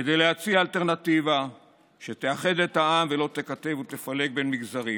כדי להציע אלטרנטיבה שתאחד את העם ולא תקטב ותפלג בין מגזרים,